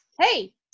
hey